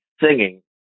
singing